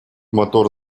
мотор